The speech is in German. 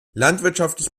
landwirtschaftliche